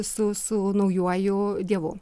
su su naujuoju dievu